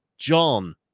John